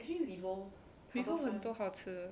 vivo 很多好吃